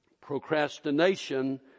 Procrastination